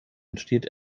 entsteht